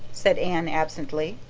said anne absently.